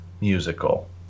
musical